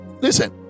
listen